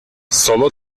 solo